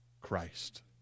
Christ